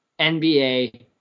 NBA